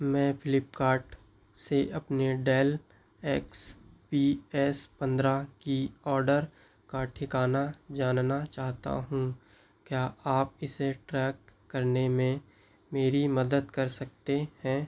मैं फ़्लिपकार्ट से अपने डेल एक्स पी एस पन्द्रह के ऑडर का ठिकाना जानना चाहता हूँ क्या आप इसे ट्रैक करने में मेरी मदद कर सकते हैं